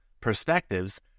perspectives